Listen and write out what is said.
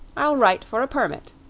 i'll write for a permit.